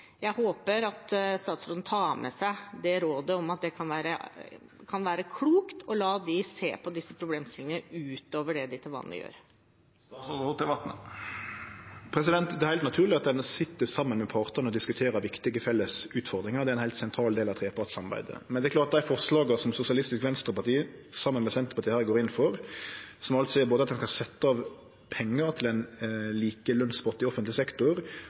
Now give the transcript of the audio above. håper at statsråden tar med seg rådet om at det kan være klokt å la dem se på disse problemstillingene utover det de til vanlig gjør. Det er heilt naturleg at ein sit saman med partane og diskuterer viktige felles utfordringar. Det er ein heilt sentral del av trepartssamarbeidet. Men det er klart at dei forslaga som Sosialistisk Venstreparti saman med Senterpartiet her går inn for, som altså er både at ein skal setje av pengar til ein likelønspott i offentleg sektor, og at regjeringa skal kome til Stortinget med ein opptrappingsplan for løn i offentleg sektor,